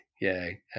yay